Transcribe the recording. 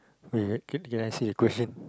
is that clique can I see the question